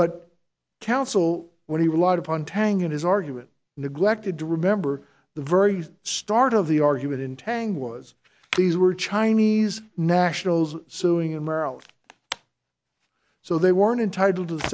but counsel when he relied upon tang in his argument neglected to remember the very start of the argument in tang was these were chinese nationals suing in maryland so they weren't entitle to the